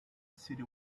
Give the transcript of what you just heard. city